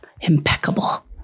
impeccable